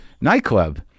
nightclub